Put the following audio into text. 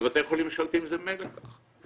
בבתי חולים ממשלתיים זה ממילא כך.